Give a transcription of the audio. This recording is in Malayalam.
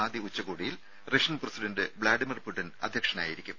ആദ്യ ഉച്ചകോടിയിൽ റഷ്യൻ പ്രസിഡന്റ് വ്ലാഡിമർ പുടിൻ അധ്യക്ഷനായിരിക്കും